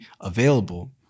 available